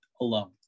alone